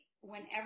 whenever